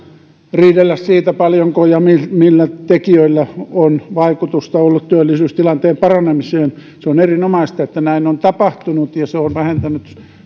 riidellä siitä paljonko ja millä tekijöillä on vaikutusta ollut työllisyystilanteen paranemiseen se on erinomaista että näin on tapahtunut ja se on vähentänyt